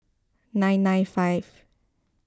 nine nine five